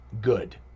good